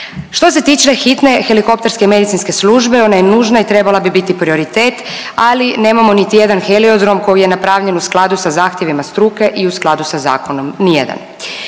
Što se tiče hitne helikopterske medicinske službe ona je nužna i trebala bi biti prioritet, ali nemamo niti jedan hipodrom koji je napravljen u skladu sa zahtjevima struke i u skladu sa zakonom nijedan.